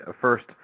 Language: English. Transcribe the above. first